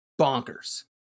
bonkers